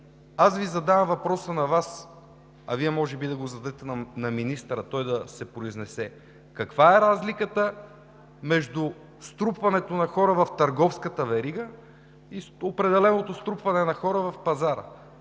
Аз Ви задавам въпроса на Вас, а Вие може би да го зададете на министъра той да се произнесе: каква е разликата между струпването на хора в търговската верига и определеното струпване на хора на пазара?